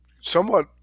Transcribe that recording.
somewhat